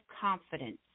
confidence